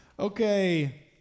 Okay